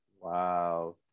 wow